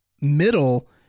middle